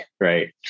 Right